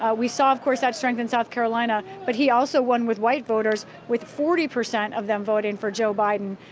ah we saw, of course, that strength in south carolina, but he also won with white voters, with forty percent of them voting for joe biden.